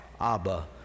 Abba